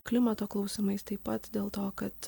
klimato klausimais taip pat dėl to kad